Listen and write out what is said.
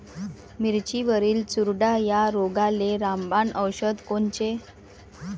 मिरचीवरील चुरडा या रोगाले रामबाण औषध कोनचे?